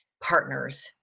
partners